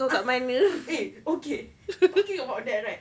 ah eh okay talking about that right